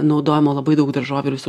naudojimo labai daug daržovių ir visų